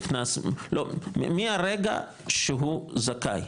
נכנס, מהרגע שהוא זכאי,